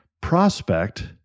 prospect